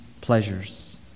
pleasures